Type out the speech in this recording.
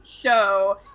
show